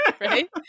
right